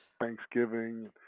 Thanksgiving